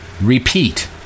repeat